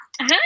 Hi